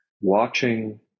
watching